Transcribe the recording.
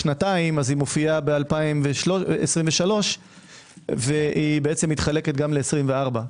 לשנתיים זה מופיע ב-2023 והיא מתחלקת גם ל-24'.